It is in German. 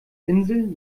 insel